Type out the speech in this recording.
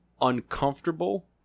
uncomfortable